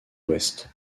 ouest